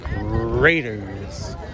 Raiders